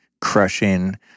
crushing